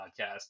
podcast